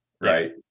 right